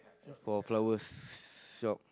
for flowers shop